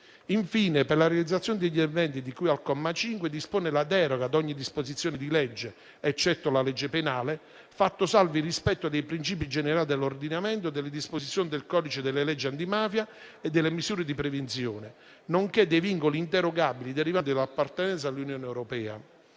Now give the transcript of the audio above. Infine, per la realizzazione degli eventi di cui al comma 5, si dispone la deroga a ogni disposizione di legge, eccetto la legge penale, fatto salvo il rispetto dei principi generali dell'ordinamento, delle disposizioni del codice delle leggi antimafia e delle misure di prevenzione, nonché dei vincoli inderogabili derivanti dall'appartenenza all'Unione europea.